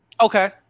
okay